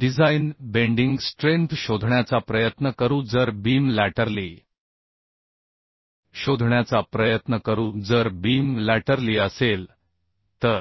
design bending strength शोधण्याचा प्रयत्न करू जर बीम लॅटरली असेल तर